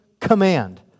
command